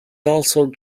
also